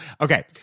Okay